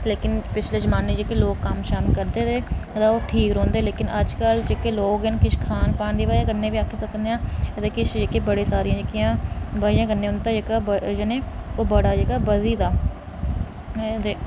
लेकिन पिछले जमाने च जेह्के लोक कम्म शम्म करदे रेह् ओह् ठीक रौंह्दे लेकिन अजकल जेह्के लोक न किश खान पान दी वजह् कन्नै बी आखी सकने आं जेह्के बड़े सारे जेह्के वजह् कन्नै उं'दा जेह्का जिनें ओह् बड़ा जेह्का बधी गेदा अते